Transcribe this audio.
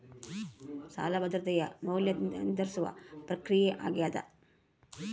ಸಾಲ ಭದ್ರತೆಯ ಮೌಲ್ಯ ನಿರ್ಧರಿಸುವ ಪ್ರಕ್ರಿಯೆ ಆಗ್ಯಾದ